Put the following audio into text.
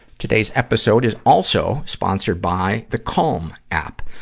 today's episode is also sponsored by the calm app.